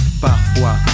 Parfois